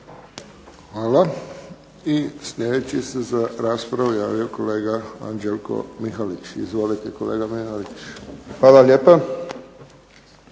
Hvala. I sljedeći se za raspravu javio kolega Anđelko Mihalić. Izvolite kolega Mihalić. **Mihalić,